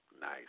nice